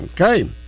Okay